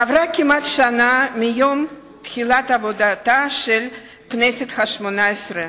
עברה כמעט שנה מיום תחילת עבודתה של הכנסת השמונה-עשרה.